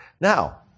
Now